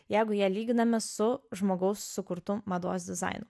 jeigu ją lyginame su žmogaus sukurtu mados dizainu